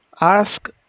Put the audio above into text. ask